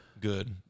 good